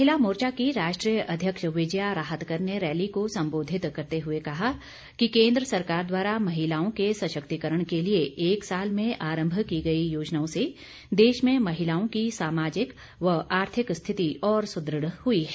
महिला मोर्चा की राष्ट्रीय अध्यक्ष विजया राहतकर ने रैली को सम्बोधित करते हुए कहा कि केन्द्र सरकार द्वारा महिलाओं के सशक्तिकरण के लिए एक साल में आरम्भ की गई योजनाओं से देश में महिलाओं की सामाजिक व आर्थिक स्थिति और सुदृढ़ हुई है